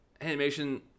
Animation